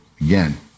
again